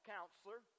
Counselor